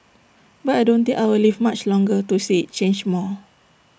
but I don't think I'll live much longer to see change more